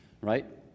right